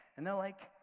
and they're like,